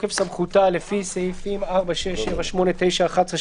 בתוקף סמכותה לפי סעיפים 4, 6, 7, 8, 9, 11,